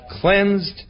cleansed